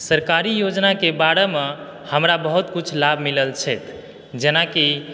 सरकारी योजनाके बारेमे हमरा बहुत किछु लाभ मिलल छै जेनाकि